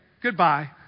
goodbye